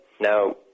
Now